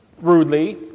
rudely